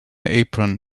apron